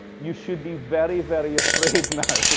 you should be very, very afraid now.